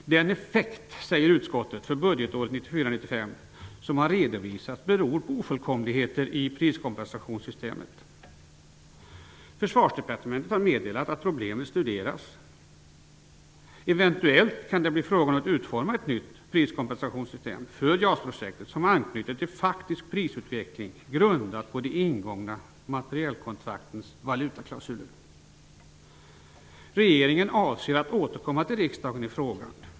Utskottet säger att den effekt för budgetåret 1994/95 som har redovisats beror på ofullkomligheter i priskompensationssystemet. Försvarsdepartementet har meddelat att problemet studeras. Eventuellt kan det bli fråga om att utforma ett nytt priskompensationssystem för JAS projektet, som anknyter till faktisk prisutveckling grundat på de ingångna materielkontraktens valutaklausuler. Regeringen avser att återkomma till riksdagen i frågan.